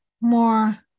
more